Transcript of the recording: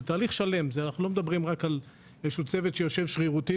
זה תהליך שלם ולא רק צוות שיושב שרירותית